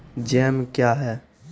Jam क्या हैं?